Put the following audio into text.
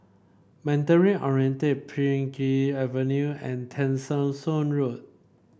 Mandarin Oriental Pheng Geck Avenue and Tessensohn Road